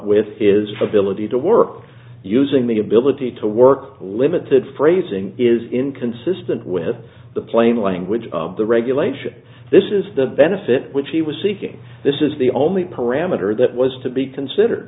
with his ability to work using the ability to work limited phrasing is inconsistent with the plain language of the regulation this is the benefit which he was seeking this is the only parameter that was to be considered